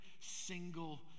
single